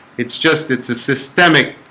it's just it's a systemic